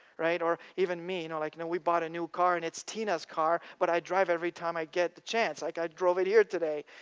right? or even me, and like and we bought a new car, and it's tina's car, but i drive every time i get the chance. like i drove it here today.